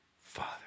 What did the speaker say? father